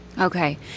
Okay